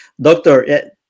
Doctor